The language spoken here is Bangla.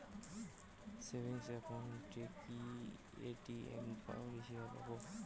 সেভিংস একাউন্টে কি এ.টি.এম পরিসেবা পাব?